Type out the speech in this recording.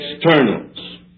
externals